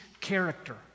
character